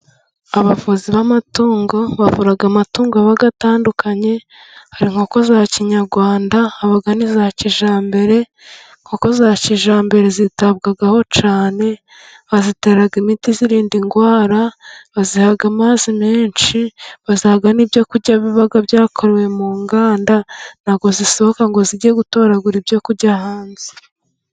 Abavuzi b'amatungo bavura amatungo atatandukanye, hari inkoko za kinyarwanda, haba n'iza kijyambere inkoko za kijyambere zitabwaho cyane, bazitera imiti izirinda indwara baziha amazi menshi ,baziha n'ibyo kurya biba byakorewe mu nganda, ntabwo zisohoka ngo zijye gutoragura ibyo kujya hanze.